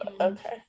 okay